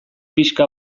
pixka